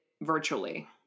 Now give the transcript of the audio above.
virtually